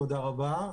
תודה רבה.